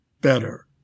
better